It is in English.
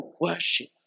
worship